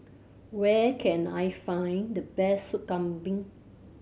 where can I find the best Sop Kambing